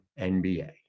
NBA